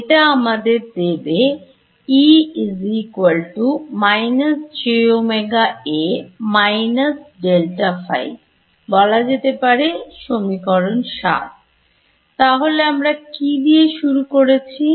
এটা আমাদের দেবে বলা যেতে পারে সমীকরণ 7 তাহলে আমরা কি দিয়ে শুরু করেছি